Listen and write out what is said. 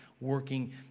working